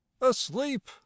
asleep